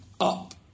up